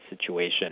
situation